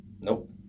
nope